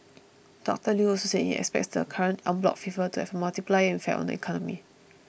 Doctor Lew also said he expects the current en bloc fever to have a multiplier effect on the economy